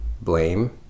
blame